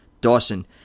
Dawson